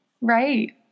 Right